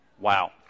Wow